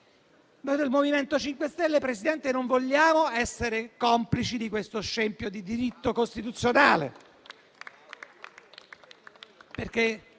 Noi del MoVimento 5 Stelle, Presidente, non vogliamo essere complici di questo scempio di diritto costituzionale